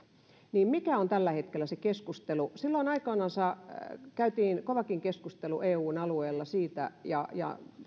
niin mikä on tällä hetkellä se keskustelu silloin aikoinansa käytiin kovakin keskustelu eun alueella ja ja